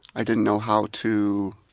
i didn't know how to